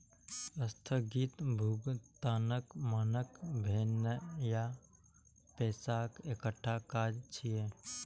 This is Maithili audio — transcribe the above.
स्थगित भुगतानक मानक भेनाय पैसाक एकटा काज छियै